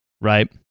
right